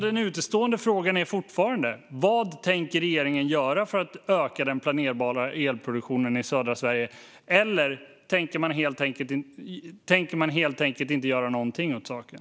Den utestående frågan är fortfarande: Vad tänker regeringen göra för att öka den planerbara elproduktionen i södra Sverige? Eller tänker man helt enkelt inte göra någonting åt saken?